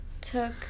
took